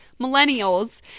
millennials